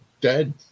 dead